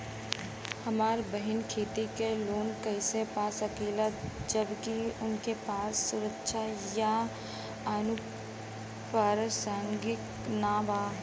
हमार बहिन खेती के लोन कईसे पा सकेली जबकि उनके पास सुरक्षा या अनुपरसांगिक नाई बा?